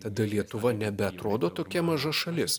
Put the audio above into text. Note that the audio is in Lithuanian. tada lietuva nebeatrodo tokia maža šalis